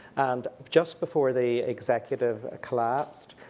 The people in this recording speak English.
and just before the executive collapsed,